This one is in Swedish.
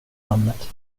namnet